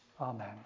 Amen